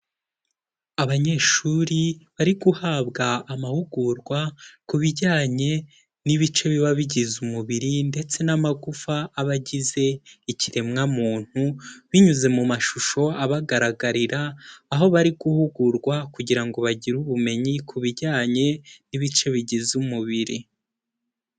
Abanyeshuri bari guhabwa amahugurwa ku bijyanye n'ibice biba bigize umubiri ndetse n'amagufa aba agize ikiremwamuntu, binyuze mu mashusho abagaragarira aho bari guhugurwa kugira ngo bagire ubumenyi ku bijyanye n'ibice bigize umubiri.